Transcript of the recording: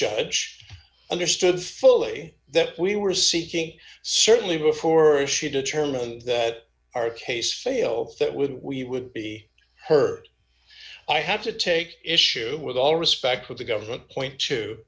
judge understood fully that we were seeking certainly before or she determined that our case failed that would we would be heard i have to take issue with all respect for the government point to